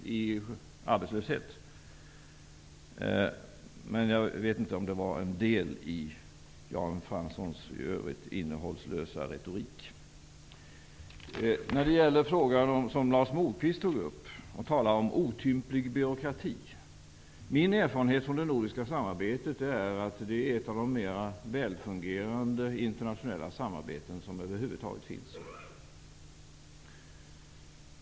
Jag vet inte om exemplet Danmark ingick som en del i Jan Franssons i övrigt innehållslösa retorik. Lars Moquist tog upp frågan om otymplig byråkrati. Min erfarenhet från det nordiska samarbetet är att det är ett av de mer välfungerande internationella samarbeten som över huvud taget finns.